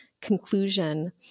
conclusion